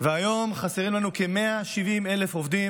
והיום חסרים לנו כ-170,000 עובדים.